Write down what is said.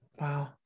Wow